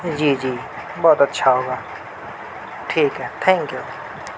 جی جی بہت اچھا ہوگا ٹھیک ہے تھینک یو